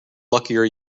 luckier